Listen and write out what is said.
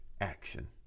action